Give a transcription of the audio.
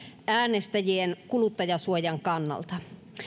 äänestäjien kuluttajansuojan kannalta